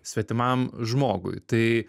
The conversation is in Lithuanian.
svetimam žmogui tai